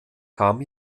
kam